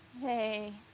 Hey